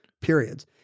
periods